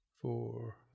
four